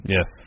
Yes